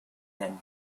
than